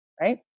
right